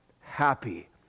happy